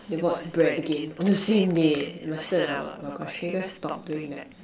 they bought bread again on the same day and my sister and I were can you just stop doing that